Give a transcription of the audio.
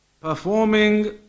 Performing